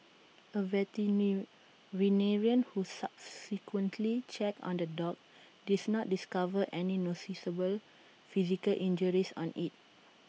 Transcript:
A who subsequently checked on the dog diss not discover any noticeable physical injuries on IT